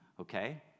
Okay